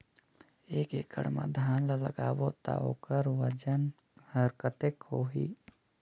एक एकड़ मा धान ला लगाबो ता ओकर वजन हर कते होही?